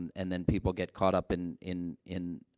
and then people get caught up in in in,